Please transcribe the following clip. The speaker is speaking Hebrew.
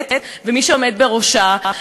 המינהלת ומי שעומד בראשה,